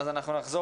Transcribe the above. אני חושב